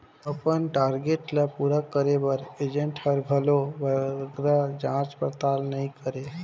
अपन टारगेट ल पूरा करे बर एजेंट हर घलो बगरा जाँच परताल नी करे